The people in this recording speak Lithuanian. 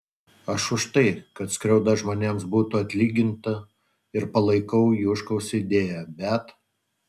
aš už tai kad skriauda žmonėms būtų atlyginta ir palaikau juškaus idėją bet